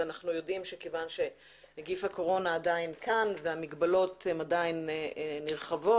אנחנו יודעים שכיוון שנגיף הקורונה עדיין כאן והמגבלות עדיין נרחבות,